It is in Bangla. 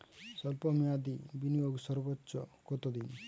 স্বল্প মেয়াদি বিনিয়োগ সর্বোচ্চ কত দিন?